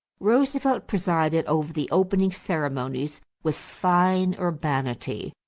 roosevelt presided over the opening ceremonies with fine urbanity,